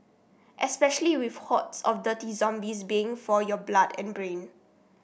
especially with hordes of dirty zombies baying for your blood and brain